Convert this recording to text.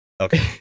okay